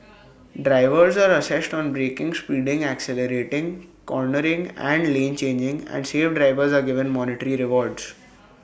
drivers are assessed on braking speeding accelerating cornering and lane changing and safe drivers are given monetary rewards